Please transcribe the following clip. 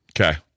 Okay